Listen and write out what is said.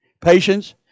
patience